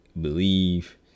believe